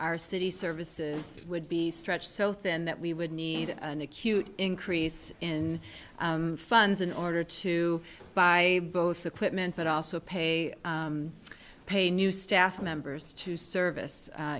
our city services would be stretched so thin that we would need an acute increase in funds in order to buy both equipment but also pay pay new staff members to service